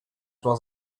was